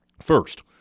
First